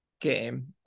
game